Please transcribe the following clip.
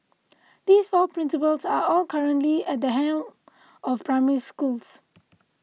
these four principals are all currently at the helm of Primary Schools